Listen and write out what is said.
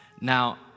Now